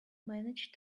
manage